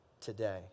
today